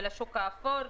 ולשוק האפור,